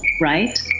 right